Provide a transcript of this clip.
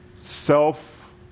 self